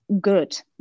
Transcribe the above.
good